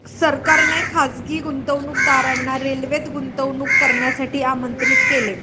सरकारने खासगी गुंतवणूकदारांना रेल्वेत गुंतवणूक करण्यासाठी आमंत्रित केले